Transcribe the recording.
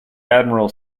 admiral